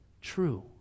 true